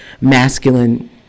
masculine